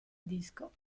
disco